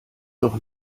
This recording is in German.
doch